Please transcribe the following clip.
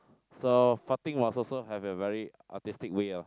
so farting was also have a very artistic way oh